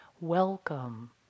welcome